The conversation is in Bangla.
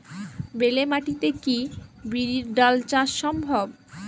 বেলে মাটিতে কি বিরির ডাল চাষ সম্ভব?